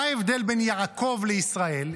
מה ההבדל בין יעקב לישראל?